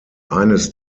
eines